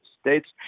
States